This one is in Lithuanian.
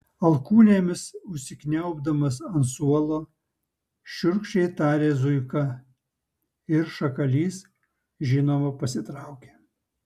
alkūnėmis užsikniaubdamas ant suolo šiurkščiai tarė zuika ir šakalys žinoma pasitraukė